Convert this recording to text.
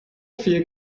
viel